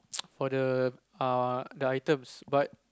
for the uh the items but